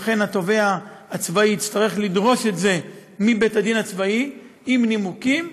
אכן התובע הצבאי יצטרך לדרוש את זה מבית-הדין הצבאי עם נימוקים,